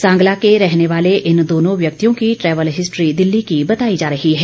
सांगला के रहने वाले इन दोनों व्यक्तियों की ट्रेवल हिस्ट्री दिल्ली की बताई जा रही है